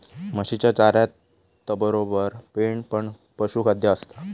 म्हशीच्या चाऱ्यातबरोबर पेंड पण पशुखाद्य असता